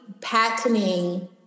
patenting